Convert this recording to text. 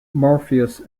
morpheus